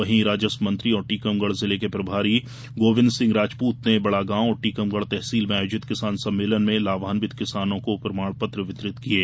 वहीं राजस्व मंत्री और टीकमगढ जिले के प्रभारी गोविंद सिंह राजपूत ने बडागांव और टीकमगढ तहसील में आयोजित किसान सम्मेलन में लाभविंत किसानों को प्रमाण पत्र वितरित किये